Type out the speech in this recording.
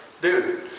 dude